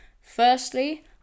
Firstly